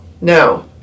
no